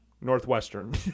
Northwestern